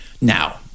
Now